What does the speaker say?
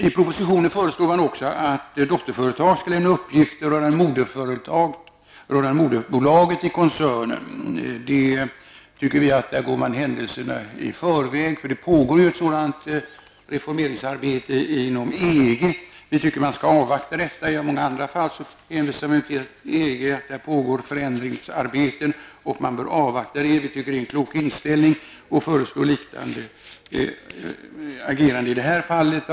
I propositionen föreslås också att dotterföretag skall lämna uppgifter rörande moderbolaget i koncernen. Vi tycker att man där går händelserna i förväg. Det pågår nämligen ett sådant reformeringsarbete inom EG. Vi tycker att man skall avvakta detta. I många andra fall hänvisar man till att det pågår förändringsarbete inom EG och att man bör avvakta det. Vi tycker att det är en klok inställning och föreslår ett liknande agerande i detta fall.